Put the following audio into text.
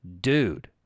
dude